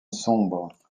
sombre